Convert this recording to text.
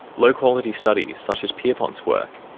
low quality studies, such as pierpont's work,